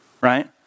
right